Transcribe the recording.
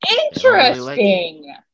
Interesting